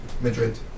Madrid